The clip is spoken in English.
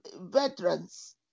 veterans